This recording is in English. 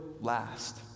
last